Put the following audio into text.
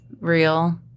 real